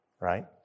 right